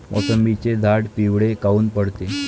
मोसंबीचे झाडं पिवळे काऊन पडते?